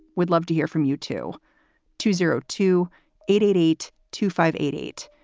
we'd love to hear from you, too two zero two eight eight eight two five eight eight.